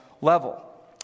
level